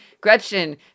Gretchen